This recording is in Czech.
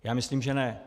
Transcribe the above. Já myslím že ne.